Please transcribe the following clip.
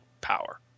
power